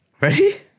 Ready